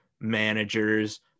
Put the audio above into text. managers